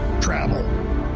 travel